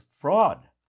fraud